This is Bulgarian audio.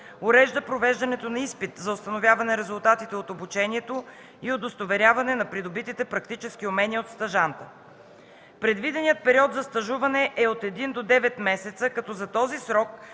урежда провеждането на изпит за установяване резултатите от обучението и удостоверяване на придобитите практически умения от стажанта. Предвиденият период за стажуване е от един до девет месеца, като за този срок